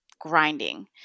grinding